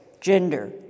gender